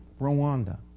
Rwanda